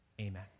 amen